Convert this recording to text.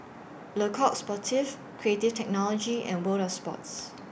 Le Coq Sportif Creative Technology and World of Sports